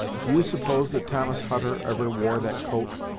do you suppose that thomas hutter ever wore that coat?